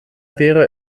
wäre